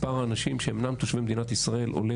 מספר האנשים שהם אינם תושבי מדינת ישראל עולה